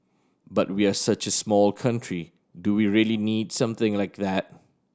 but we're such a small country do we really need something like that